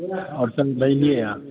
आओर सब